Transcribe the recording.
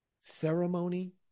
Ceremony